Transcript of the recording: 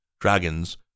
dragons